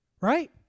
right